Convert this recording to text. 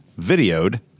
videoed